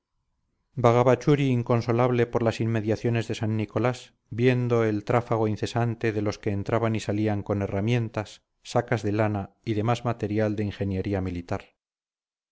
churi inconsolable por las inmediaciones de san nicolás viendo el tráfago incesante de los que entraban y salían con herramientas sacas de lana y demás material de ingeniería militar